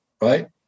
right